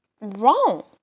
wrong